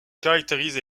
caractérise